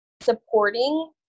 supporting